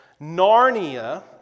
Narnia